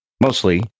mostly